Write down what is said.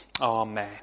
Amen